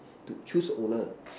to choose owner